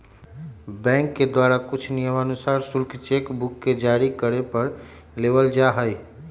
bank के द्वारा कुछ नियमानुसार शुल्क चेक बुक के जारी करे पर लेबल जा हई